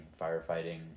firefighting